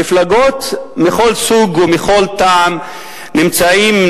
מפלגות מכל סוג ומכל טעם נמצאות,